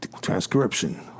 transcription